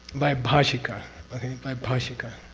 vaibhashika, okay vaibhashika.